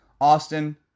Austin